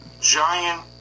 giant